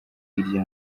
irya